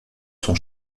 sont